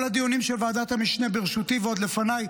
כל הדיונים של ועדת המשנה בראשותי ועוד לפניי,